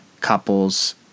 couples